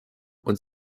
und